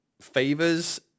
favors